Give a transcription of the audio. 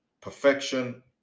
Perfection